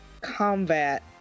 combat